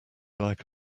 like